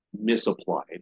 misapplied